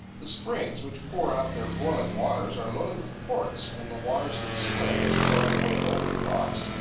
the springs which pour out their boiling waters are loaded with quartz, and the waters of the springs, flowing away over the rocks,